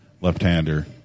left-hander